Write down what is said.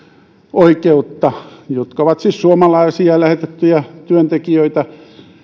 oikeutta ja asemaa jotka ovat siis suomalaisia lähetettyjä työntekijöitä